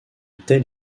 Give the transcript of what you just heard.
telle